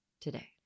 today